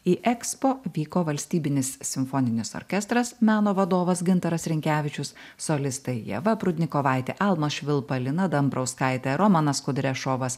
į ekspo vyko valstybinis simfoninis orkestras meno vadovas gintaras rinkevičius solistai ieva prudnikovaitė almas švilpa lina dambrauskaitė romanas kudrešovos